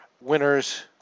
winners